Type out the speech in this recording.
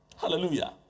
Hallelujah